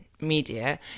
media